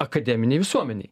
akademinei visuomenei